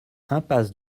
impasse